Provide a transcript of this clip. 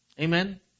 Amen